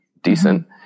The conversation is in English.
decent